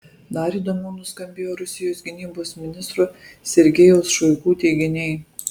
dar įdomiau nuskambėjo rusijos gynybos ministro sergejaus šoigu teiginiai